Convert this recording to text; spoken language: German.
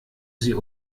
sie